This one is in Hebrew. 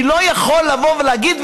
אני לא יכול לבוא ולהגיד,